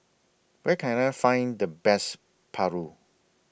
Where Can I Find The Best Paru